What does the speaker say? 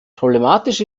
problematisch